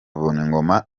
vuningoma